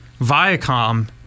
Viacom